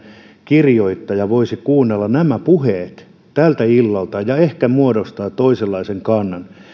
kirjoittaja voisi kuunnella nämä puheet tältä illalta ja ehkä muodostaa toisenlaisen kannan